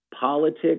politics